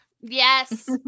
Yes